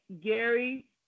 Gary